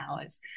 hours